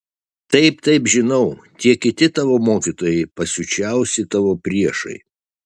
taip taip žinau tie kiti tavo mokytojai pasiučiausi tavo priešai